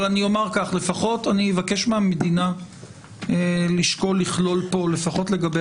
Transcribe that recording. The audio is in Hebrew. אבל אני אבקש מהמדינה לשקול לכלול פה לפחות לגבי